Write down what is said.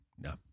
No